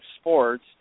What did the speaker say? sports